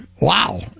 wow